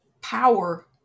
Power